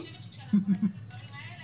ולא מצליחים בפועל לגשת לחשבון הבנק שלהם